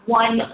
one